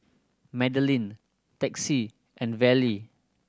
Madlyn Texie and Vallie